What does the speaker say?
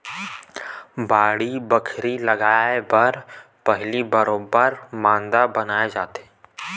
बाड़ी बखरी लगाय बर पहिली बरोबर मांदा बनाए जाथे